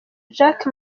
jacques